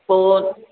पोइ